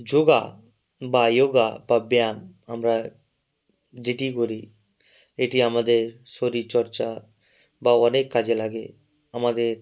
যোগা বা ইয়োগা বা ব্যায়াম আমরা যেটিই করি এটি আমাদের শরীরচর্চা বা অনেক কাজে লাগে আমাদের